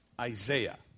Isaiah